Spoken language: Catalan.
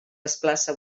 desplaça